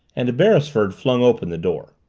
and beresford flung open the door.